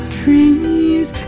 trees